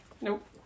Nope